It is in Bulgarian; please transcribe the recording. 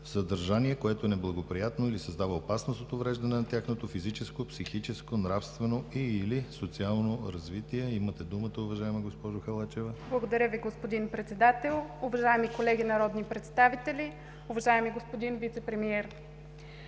съдържание, което е неблагоприятно или създава опасност от увреждане на тяхното физическо, психическо, нравствено или социално развитие. Имате думата, уважаема госпожо Халачева. ТЕОДОРА ХАЛАЧЕВА (БСП за България): Благодаря Ви, господин Председател. Уважаеми колеги народни представители, уважаеми господин Вицепремиер!